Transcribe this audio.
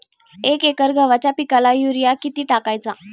एक एकर गव्हाच्या पिकाला युरिया किती टाकायचा?